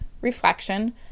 reflection